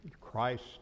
Christ